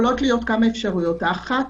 יכולות להיות כמה אפשרויות: האחת,